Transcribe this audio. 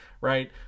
right